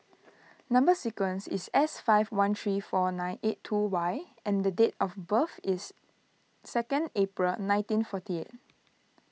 Number Sequence is S five one three four nine eight two Y and date of birth is second April nineteen forty eight